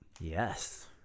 yes